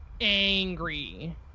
angry